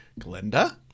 Glenda